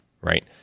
right